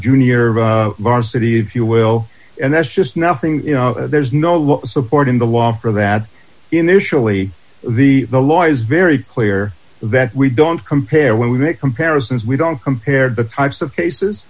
junior varsity if you will and there's just nothing you know there's no support in the law for that initially the the law is very clear that we don't compare when we make comparisons we don't compare the types of cases